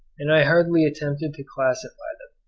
and i hardly attempted to classify them.